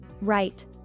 Right